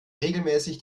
regelmäßig